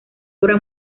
obra